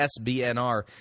sbnr